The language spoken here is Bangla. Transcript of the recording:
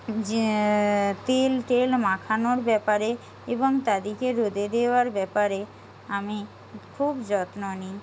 যে তেল টেল মাখানোর ব্যাপারে এবং তাদিকে রোদে দেওয়ার ব্যাপারে আমি খুব যত্ন নিই